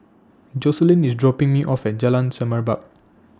Jocelyn IS dropping Me off At Jalan Semerbak